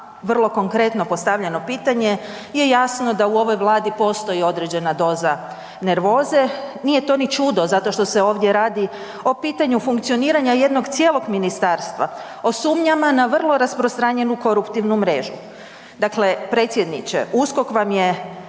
vrlo konkretno postavljeno pitanje je jasno da u ovoj vladi postoji određena doza nervoze. Nije to ni čudo zato što se ovdje radi o pitanju funkcioniranja jednog cijelog ministarstva, o sumnjama na vrlo rasprostranjenu koruptivnu mrežu. Dakle, predsjedniče, USKOK vam je